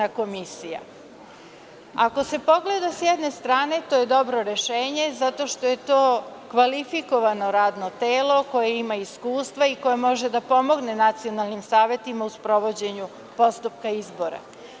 Ako se pogleda s jedne strane, to je dobro rešenje zato što je to kvalifikovano radno telo koje ima iskustva i koje može da pomogne nacionalnim savetima u sprovođenju postupka izbora.